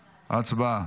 הצבעה.